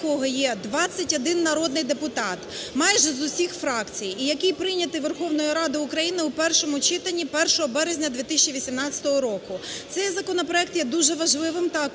якого є 21 народний депутат майже з усіх фракцій, і який прийнятий Верховною Радою України у першому читанні 1 березня 2018 року. Цей законопроект є дуже важливим та